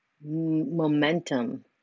momentum